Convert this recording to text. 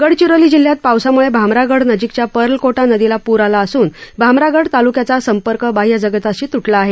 गडचिरोली जिल्ह्यात पावसामुळे भामरागडनजीकच्या पर्लकोटा नदीला पुर आला असुन भामरागड ताल्क्याचा संपर्क बाह्य जगताशी त्टला आहे